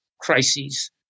crises